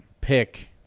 pick